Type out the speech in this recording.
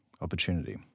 opportunity